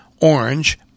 orange